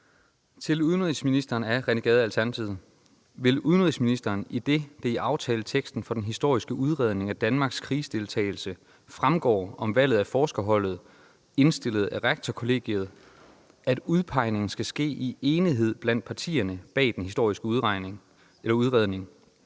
Til udenrigsministeren af: René Gade (ALT): Vil udenrigsministeren – idet det i aftaleteksten for den historiske udredning af Danmarks krigsdeltagelse fremgår om valget af forskerholdet indstillet af Rektorkollegiet, at »udpegningen skal ske i enighed blandt partierne bag den historiske udredning«